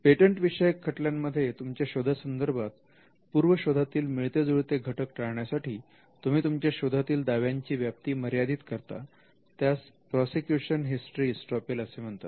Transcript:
patent विषयक खटल्यांमध्ये तुमच्या शोधा संदर्भात पूर्व शोधातील मिळते जुळते घटक टाळण्यासाठी तुम्ही तुमच्या शोधातील दाव्यांची व्याप्ती मर्यादित करता त्यास 'प्रोसेक्युशन हिस्टरी इस्टॉपेल' असे म्हणतात